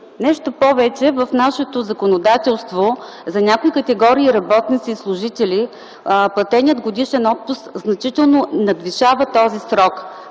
Нещо повече, в нашето законодателство за някои категории работници и служители платеният годишен отпуск значително надвишава този срок,